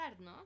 ¿no